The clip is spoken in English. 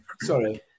sorry